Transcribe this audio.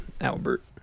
Albert